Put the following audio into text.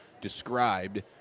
described